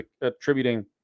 attributing